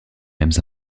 mêmes